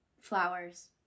Flowers